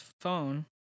phone